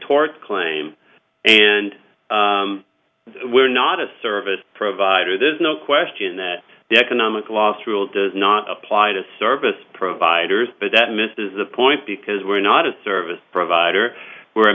tort claim and we're not a service provider there's no question that the economic loss rule does not apply to service providers but that misses the point because we're not a service provider we're a